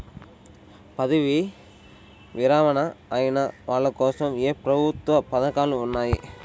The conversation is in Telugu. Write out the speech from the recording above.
పదవీ విరమణ అయిన వాళ్లకోసం ఏ ప్రభుత్వ పథకాలు ఉన్నాయి?